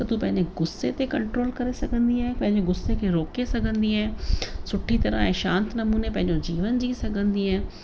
त तू पंहिंजे गुस्से ते कंट्रोल करे सघंदीएं पंहिंजे गुस्से खे रोके सघंदीएं सुठी तरह ऐं शांत नमूने पंहिंजो जीवन जी सघंदीएं